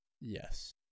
Yes